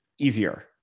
easier